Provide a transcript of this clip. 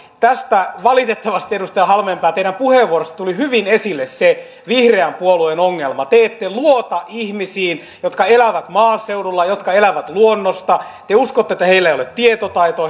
tästä teidän puheenvuorostanne edustaja halmeenpää tuli hyvin esille vihreän puolueen ongelma te ette luota ihmisiin jotka elävät maaseudulla ja jotka elävät luonnosta te uskotte että heillä ei ole tietotaitoa